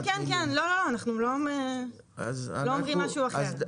כן, אנחנו לא אומרים משהו אחר.